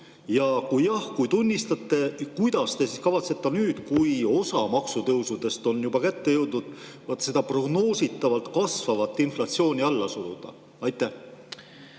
ja kui jah, kui tunnistate, siis kuidas te kavatsete nüüd, kui osa maksutõusudest on juba kätte jõudnud, vaat seda prognoositavalt kasvavat inflatsiooni alla suruda? Aitäh!